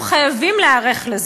אנחנו חייבים להיערך לזה.